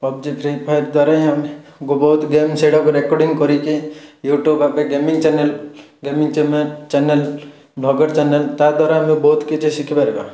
PUBG Free Fire ଦ୍ୱାରା ହିଁ ଆମେ ବ ବହୁତ ଗେମ୍ ସେଇଟାକୁ ରେକର୍ଡ଼ିଙ୍ଗ୍ କରିକି ୟୁଟ୍ୟୁବ୍ ଭାବେ gaming channel gaming channel channel blogger channel ତା' ଦ୍ୱାରା ଆମେ ବହୁତ କିଛି ଶିଖିପାରିବା